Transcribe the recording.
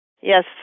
Yes